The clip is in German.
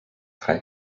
drei